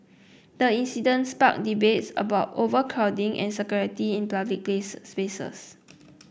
the incident sparked debates about overcrowding and security in public spaces